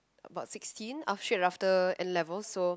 about sixteen af~ straight after N-levels so